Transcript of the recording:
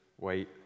wait